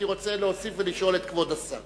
הייתי רוצה להוסיף לשאול את כבוד השר.